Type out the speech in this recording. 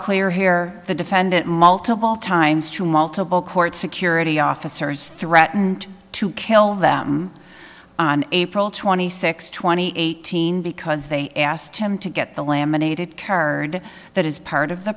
clear here the defendant multiple times to multiple court security officers threatened to kill them on april twenty sixth twenty eighteen because they asked him to get the laminated card that is part of the